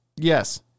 Yes